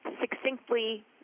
succinctly